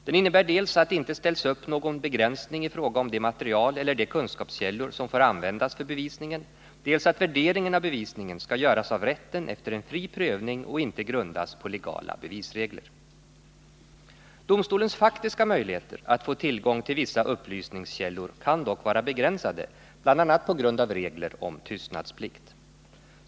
Den innebär dels att det inte ställs upp någon begränsning i fråga om det material eller de kunskapskällor som får användas för bevisningen, dels att värderingen av bevisningen skall göras av rätten efter en fri prövning och inte grundas på legala bevisregler. Domstolens faktiska möjligheter att få tillgång till vissa upplysningskällor kan dock vara begränsade, bl.a. på grund av regler om tystnadsplikt.